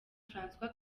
françois